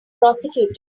prosecuted